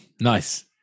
nice